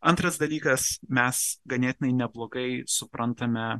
antras dalykas mes ganėtinai neblogai suprantame